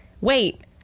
wait